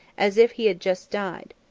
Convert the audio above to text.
as if he had just died.